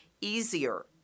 easier